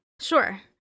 Sure